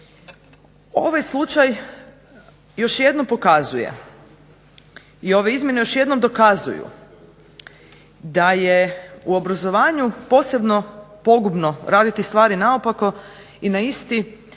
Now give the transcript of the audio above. Ovaj slučaj još jednom pokazuje i ove izmjene još jednom dokazuju da je u obrazovanju posebno pogubno raditi stvari naopako i na isti